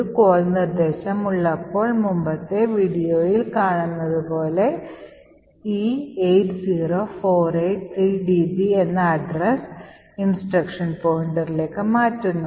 ഒരു കോൾ നിർദ്ദേശം ഉള്ളപ്പോൾ മുമ്പത്തെ വീഡിയോയിൽ കണ്ടതുപോലെ ഈ 80483db എന്ന address ഇൻസ്ട്രക്ഷൻ പോയിന്ററിലേക്ക് മാറ്റുന്നു